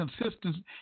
consistency